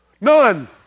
None